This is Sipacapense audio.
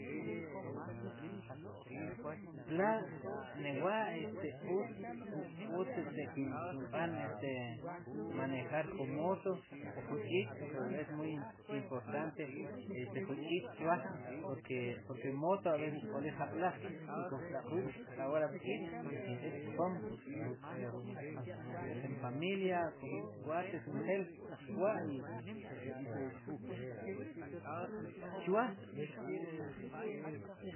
Tla' le wa' este utz, utz este kinb'an este manejar jun mooto o jun ch'ich' es muy importante jun ch'ich' chwa' porque, porque moto a veces k'olik jab'laj kekoj t'aqwik ahora pch'ich' kimb'eek chpom, ruk', ruk kejnfamilia kon mis kuates njel wa'i pues chwa'.